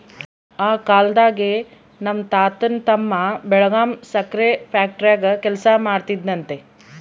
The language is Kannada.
ಆ ಕಾಲ್ದಾಗೆ ನಮ್ ತಾತನ್ ತಮ್ಮ ಬೆಳಗಾಂ ಸಕ್ರೆ ಫ್ಯಾಕ್ಟರಾಗ ಕೆಲಸ ಮಾಡ್ತಿದ್ನಂತೆ